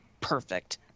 perfect